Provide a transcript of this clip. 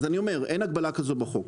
אין הגבלה כזו בחוק.